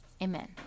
Amen